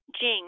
Jing